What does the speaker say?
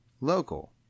local